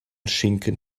schinken